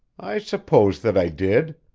i suppose that i did.